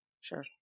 sure